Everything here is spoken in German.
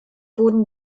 wurden